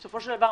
בסופו של דבר,